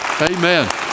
amen